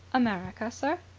america, sir.